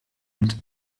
und